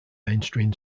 mainstream